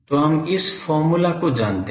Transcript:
तो हम इस फार्मूला को जानते हैं